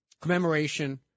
commemoration